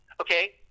okay